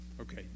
Okay